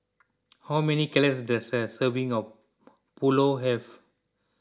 how many calories does a serving of Pulao have